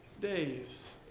days